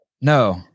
No